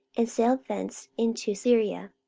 and sailed thence into syria,